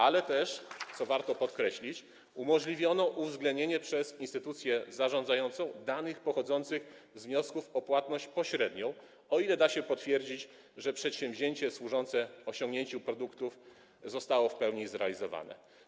Umożliwiono też, co warto podkreślić, uwzględnienie przez instytucję zarządzającą danych pochodzących z wniosków o płatność pośrednią, o ile da się potwierdzić, że przedsięwzięcie służące osiągnięciu produktów zostało w pełni zrealizowane.